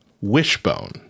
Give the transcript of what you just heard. Wishbone